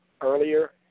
earlier